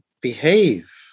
behave